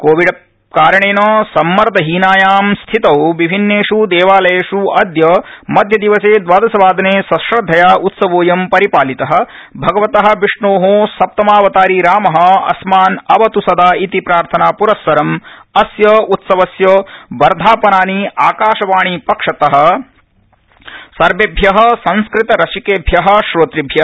कोविडकारणेन सम्मर्दहीनायां स्थितौ विभिन्नेष् देवालयेष् अद्य मध्यदिवसे द्वादशवादने सश्रद्धया उत्सवोऽयं परिपालित भगवत विष्णो सप्तमावतारी राम अस्मान् अवत् सदा इति प्रार्थना प्रस्सरं अस्य उत्सवस्य वर्धापनानि आकाशवाणीपक्षतः सर्वेभ्य संस्कृत रसिकेभ्य श्रोतृभ्य